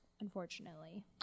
unfortunately